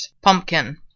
pumpkin